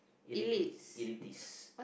elite elites